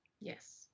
Yes